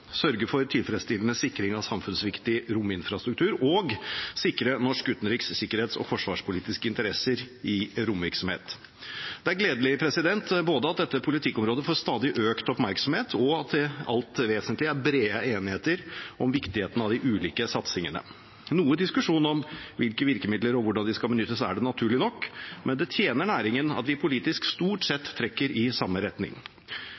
sørge for tilfredsstillende sikring av samfunnsviktig rominfrastruktur – og sikre norske utenriks-, sikkerhets- og forsvarspolitiske interesser i romvirksomhet Det er gledelig både at dette politikkområdet får stadig økt oppmerksomhet, og at det i det alt vesentlige er bred enighet om viktigheten av de ulike satsingene. Noe diskusjon om hvilke virkemidler og hvordan de skal benyttes, er det naturlig nok, men det tjener næringen at vi politisk stort sett trekker i samme retning.